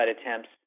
attempts